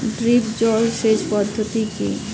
Drip জল সেচ পদ্ধতি কি?